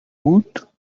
woot